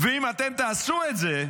ואם אתם תעשו את זה,